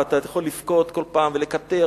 ואתה יכול לבכות כל פעם ולקטר,